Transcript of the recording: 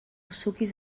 suquis